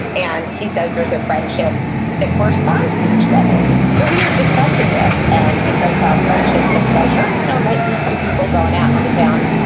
and he says there's a friendship that corresponds to each level. so we were discussing this, and he says how friendships of pleasure, you know, it might be two people going out on the town,